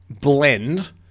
blend